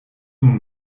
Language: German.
nun